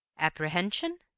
Apprehension